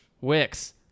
Wix